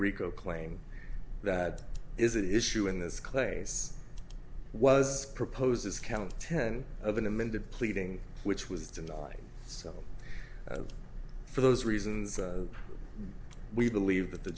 rico claim that is an issue in this class was proposed as count ten of an amended pleading which was denied so for those reasons we believe that the